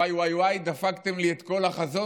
וואי, וואי, וואי, דפקתם לי את כל החזון.